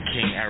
King